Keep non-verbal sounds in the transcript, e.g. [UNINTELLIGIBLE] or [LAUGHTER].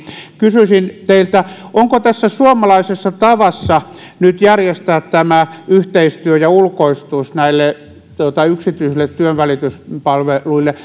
kysyisin teiltä onko tässä suomalaisessa tavassa järjestää yhteistyö ja ulkoistus nyt yksityisille työnvälityspalveluille [UNINTELLIGIBLE]